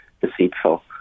deceitful